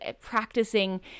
practicing